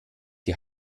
die